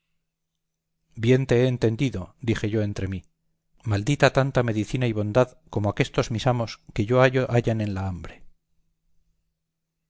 bien te he entendido dije yo entre mí maldita tanta medicina y bondad como aquestos mis amos que yo hallo hallan en la hambre